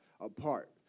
apart